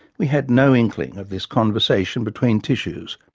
we had no inkling of this conversation between tissues,